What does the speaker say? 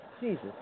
Jesus